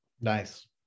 nice